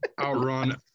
outrun